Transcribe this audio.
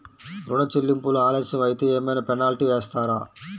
ఋణ చెల్లింపులు ఆలస్యం అయితే ఏమైన పెనాల్టీ వేస్తారా?